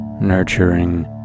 nurturing